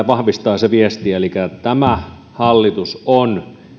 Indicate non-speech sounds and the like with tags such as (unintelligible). (unintelligible) vahvistaa se viesti elikkä tämä hallitus on